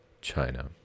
China